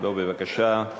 בוא בבקשה.